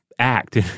act